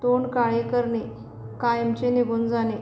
तोंड काळे करणे कायमचे निघून जाणे